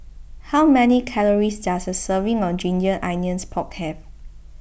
how many calories does a serving of Ginger Onions Pork have